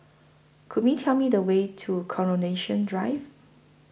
Could Me Tell Me The Way to Coronation Drive